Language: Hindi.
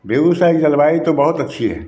बेगूसराय की जलवायु तो बहुत अच्छी है